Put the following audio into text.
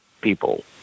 people